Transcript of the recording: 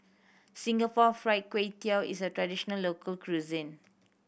Singapore Fried Kway Tiao is a traditional local cuisine